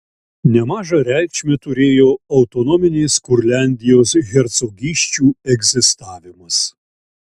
nemažą reikšmę turėjo autonominės kurliandijos hercogysčių egzistavimas